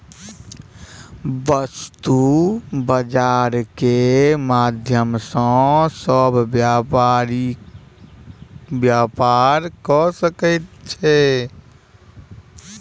वस्तु बजार के माध्यम सॅ सभ व्यापारी व्यापार कय सकै छै